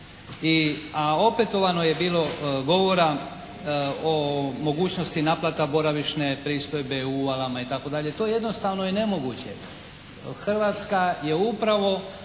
a opetovano je bilo govora o mogućnosti naplate boravišne u uvalama itd. To jednostavno je nemoguće. Hrvatska je upravo